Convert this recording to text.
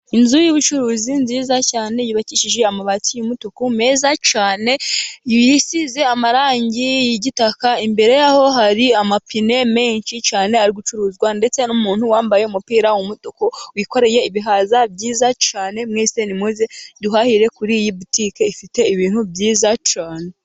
Inzu y'ubucuruzi nziza cyane yubakishije amabati y'umutuku meza cyane yisize amarangi y'igitaka, imbere yaho hari amapine menshi cyane ari gucuruzwa ndetse n'umuntu wambaye umupira w'umutuku wikoreye ibihaza byiza cyane. Mwese ni muze duhahire kuri iyi butike ifite ibintu byiza cyane.